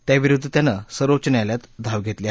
त्याविरुद्ध त्यानं सर्वोच्च न्यायालयात धाव घेतली आहे